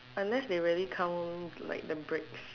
unless they really count like the breaks